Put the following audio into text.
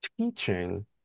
teaching